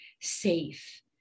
safe